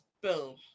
Boom